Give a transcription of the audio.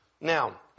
Now